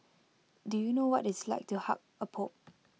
do you know what IT is like to hug A pope